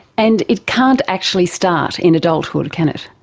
and it can't actually start in adulthood, can it.